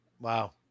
Wow